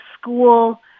school